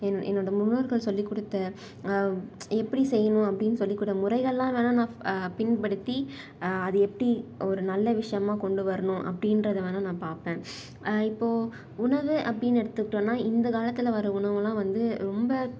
என் என்னோடய முன்னோர்கள் சொல்லிக்கொடுத்த எப்படி செய்ணும் அப்படினு சொல்லிக்கூட முறைகள்லாம் வேணுணா நான் பின்படுத்தி அது எப்படி ஒரு நல்ல விஷயமாக கொண்டு வரணும் அப்டின்றதை வேணுணா நான் பார்ப்பேன் இப்போது உணவு அப்படினு எடுத்துக்கிட்டோம்னா இந்த காலத்தில் வர உணவுலாம் வந்து ரொம்ப